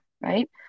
right